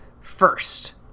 first